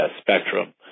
spectrum